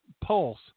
Pulse